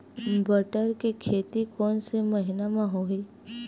बटर के खेती कोन से महिना म होही?